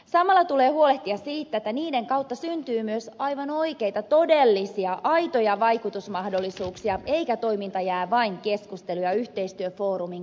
samalla tulee huolehtia siitä että niiden kautta syntyy myös aivan oikeita todellisia aitoja vaikutusmahdollisuuksia eikä toiminta jää vain keskustelu ja yhteistyöfoorumin kaltaiseksi